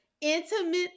intimate